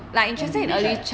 you want to be rich right